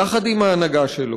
יחד עם ההנהגה שלו,